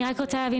אני מנסה להבין